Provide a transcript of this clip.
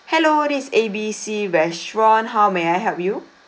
hello this is A B C restaurant how may I help you